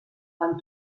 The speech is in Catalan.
quan